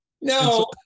No